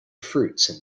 fruits